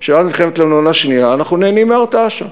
שמאז מלחמת לבנון השנייה אנחנו נהנים מהרתעה שם.